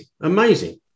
Amazing